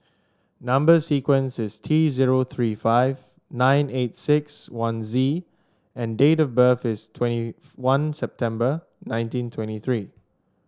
number sequence is T zero three five nine eight six one Z and date of birth is twenty one September nineteen twenty three